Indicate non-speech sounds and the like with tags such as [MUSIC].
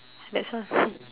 that's all [LAUGHS]